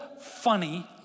funny